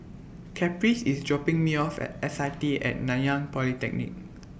Caprice IS dropping Me off At S I T At Nanyang Polytechnic